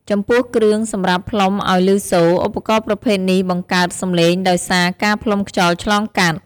ចំពោះគ្រឿងសម្រាប់ផ្លុំឲ្យព្ញសូរ ឧបករណ៍ប្រភេទនេះបង្កើតសំឡេងដោយសារការផ្លុំខ្យល់ឆ្លងកាត់។